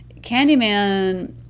Candyman